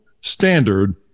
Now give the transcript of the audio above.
standard